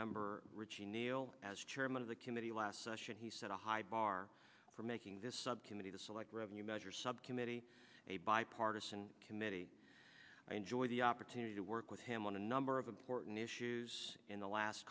member richie neal as chairman of the committee last session he set a high bar for making this subcommittee to select revenue measures subcommittee a bipartisan committee i enjoy the opportunity to work with him on a number of important issues in the last